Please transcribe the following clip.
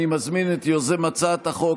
אני מזמין את יוזם הצעת החוק,